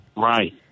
Right